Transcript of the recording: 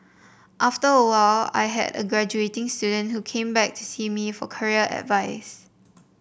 after a while I had a graduating student who came back to see me for career advice